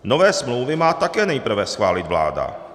Nové smlouvy má také nejprve schválit vláda.